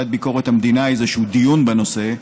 לענייני ביקורת המדינה איזשהו דיון בנושא,